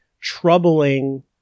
troubling